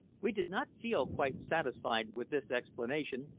we did not feel quite satisfied with this explanation,